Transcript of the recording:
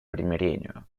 примирению